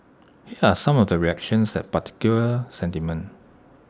here are some of the reactions that particular sentiment